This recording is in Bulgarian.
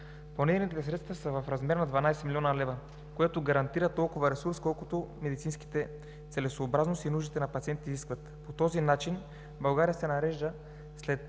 Планираните средства са в размер на 12 млн. лв., което гарантира толкова ресурс, колкото медицинската целесъобразност и нуждите на пациентите изискват. По този начин България се нарежда сред